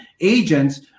agents